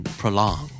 prolong